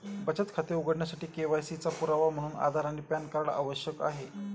बचत खाते उघडण्यासाठी के.वाय.सी चा पुरावा म्हणून आधार आणि पॅन कार्ड आवश्यक आहे